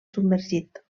submergit